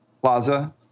Plaza